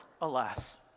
Alas